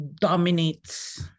dominates